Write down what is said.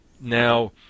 Now